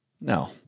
No